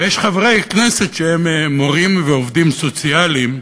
ויש חברי כנסת שהם מורים ועובדים סוציאליים.